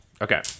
Okay